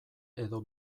edo